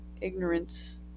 ignorance